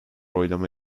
oylama